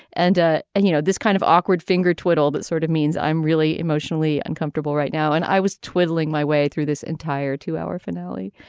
and ah and you know this kind of awkward finger twit all that sort of means i'm really emotionally uncomfortable right now and i was twiddling my way through this entire two hour finale